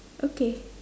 okay